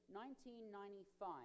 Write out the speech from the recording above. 1995